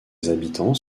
habitants